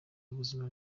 w’ubuzima